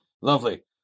Lovely